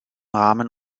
rahmen